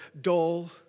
dull